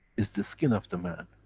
is the skin of the man,